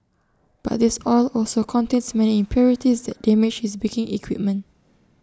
but this oil also contains many impurities that damage his baking equipment